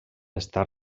està